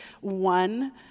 one